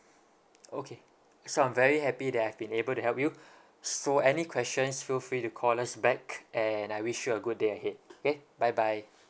okay so I'm very happy to have been able to help you so any questions feel free to call us back and I wish you a good day ahead K bye bye